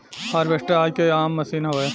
harvester आजकल के आम मसीन हवे